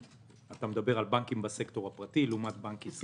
אתה מדבר על בנקים בסקטור הפרטי לעומת בנק ישראל.